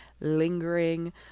lingering